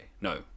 no